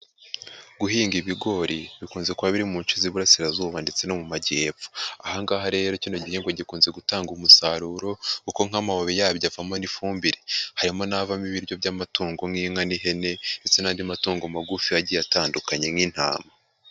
Guhinga ibigori. Bikunze kuba biri mu nce z'Iburasirazuba ndetse no mu majyepfo. Aha ngaha rero kino gihingwa gikunze gutanga umusaruro, kuko nk'amababi yabyo avamo n'ifumbire. Harimo n'abavamo ibiryo by'amatungo nk'inka n'ihene, ndetse n'andi matungo magufi agiye atandukanye nk'intama.